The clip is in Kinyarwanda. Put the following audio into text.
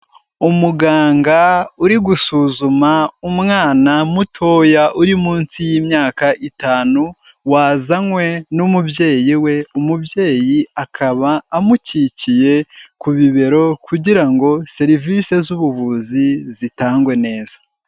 Umuganga uri gusuzuma umwana mutoya uri munsi y'imyaka itanu wazanywe n'umubyeyi we, umubyeyi akaba amukikiye ku bibero kugira ngo serivisi z'ubuvuzi zitangwe neza.